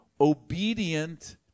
obedient